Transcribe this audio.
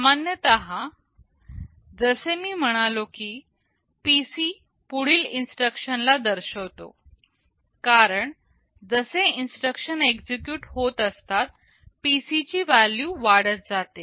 सामान्यतः जसे मी म्हणालो कि PC पुढील इन्स्ट्रक्शन ला दर्शवतो कारण जसे इन्स्ट्रक्शन एक्झिक्युट होत असतात PC ची व्हॅल्यू वाढत जाते